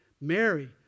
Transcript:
Mary